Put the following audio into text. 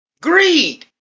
Greed